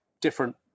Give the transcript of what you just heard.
different